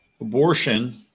abortion